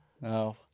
No